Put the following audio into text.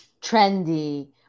trendy